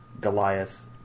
Goliath